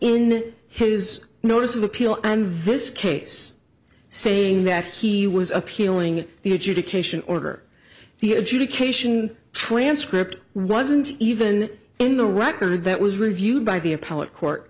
in his notice of appeal and this case saying that he was appealing the adjudication order the adjudication transcript wasn't even in the record that was reviewed by the appellate court